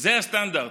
זה הסטנדרט,